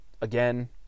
Again